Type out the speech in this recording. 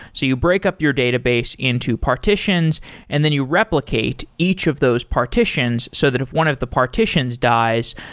so you break up your database into partitions and then you replicate each of those partitions so that if one of the partitions dies,